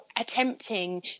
attempting